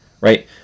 right